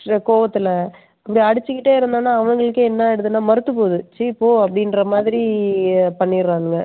இந்த கோவத்தில் இப்படி அடிச்சுக்கிட்டே இருந்தோன்னா அவங்களுக்கே என்ன ஆகிடுதுனா மரத்து போது ச்சி போ அப்படின்ற மாதிரி பண்ணிடுறான்ங்க